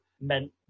meant